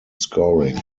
scoring